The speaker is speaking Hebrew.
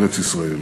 בארץ-ישראל.